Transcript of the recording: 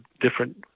different